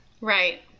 Right